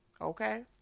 Okay